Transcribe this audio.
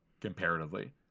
comparatively